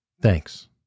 Thanks